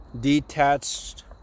detached